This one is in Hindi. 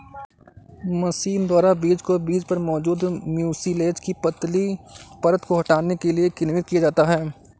मशीन द्वारा बीज को बीज पर मौजूद म्यूसिलेज की पतली परत को हटाने के लिए किण्वित किया जाता है